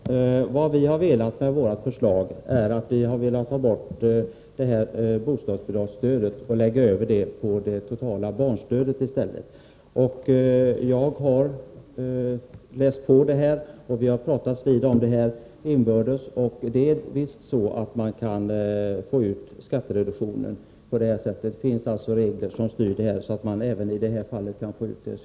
Herr talman! Vad vi velat med vårt förslag är att ta bort det här bostadsbidragsstödet och lägga över det på det totala barnstödet i stället. Jag har läst på detta, och vi har talat om det inbördes. Det är visst så, att man kan få ut skattereduktionen; det finns regler som styr detta.